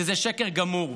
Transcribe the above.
שזה שקר גמור.